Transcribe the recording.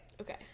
Okay